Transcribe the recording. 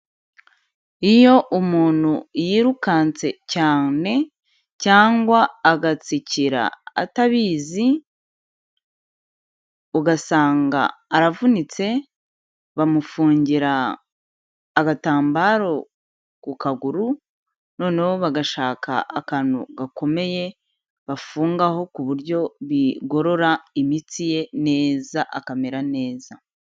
Iyo umuntu yirukanse cyane cyangwa agatsikira atabizi ugasanga aravunitse, bamufungira agatambaro ku kaguru noneho bagashaka akantu gakomeye bafungaho ku buryo bigorora imitsi ye neza akamera neza.